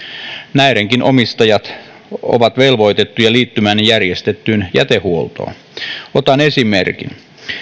näidenkin omistajat ovat velvoitettuja liittymään järjestettyyn jätehuoltoon otan esimerkin